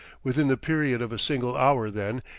within the period of a single hour, then,